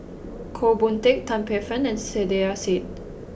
Goh Boon Teck Tan Paey Fern and Saiedah Said